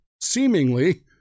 seemingly